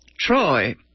Troy